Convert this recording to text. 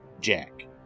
Jack